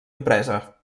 empresa